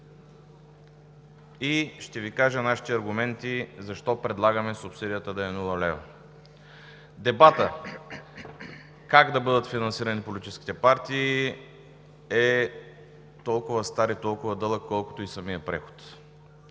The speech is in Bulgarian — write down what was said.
и ще Ви кажа нашите аргументи защо предлагаме субсидията да е нула лева. Дебатът как да бъдат финансирани политическите партии е толкова стар и толкова дълъг, колкото и самият преход.